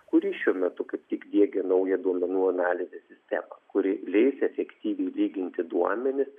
kuri šiuo metu kaip tik diegia naują duomenų analizės sistemą kuri leis efektyviai lyginti duomenis